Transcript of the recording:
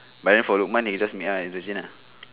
but then for lukman he just meet us at interchange ah